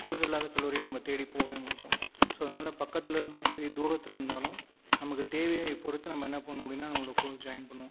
course இல்லாத கல்லூரியை நம்ம தேடி போகவே மாட்டோம் ஸோ அதனால பக்கத்துலேயே இருந்தாலும் சரி தூரத்தில் இருந்தாலும் நமக்கு தேவையை பொறுத்து நம்ம என்ன பண்ணுவோம் அப்படின்னா கோர்ஸ் ஜாயின் பண்ணுவோம்